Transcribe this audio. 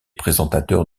présentateur